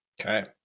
Okay